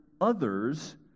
others